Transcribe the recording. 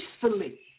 peacefully